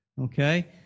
Okay